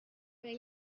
may